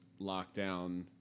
lockdown